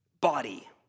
body